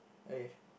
okay